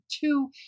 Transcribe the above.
two